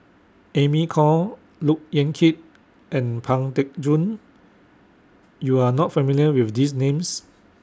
Amy Khor Look Yan Kit and Pang Teck Joon YOU Are not familiar with These Names